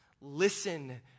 listen